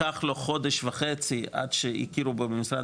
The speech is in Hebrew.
לקח לו חודש וחצי עד שהכירו בו במשרד